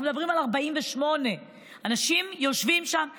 אנחנו מדברים על 1948. אנשים יושבים שם מ-1948,